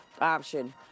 option